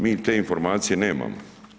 Mi te informacije nemamo.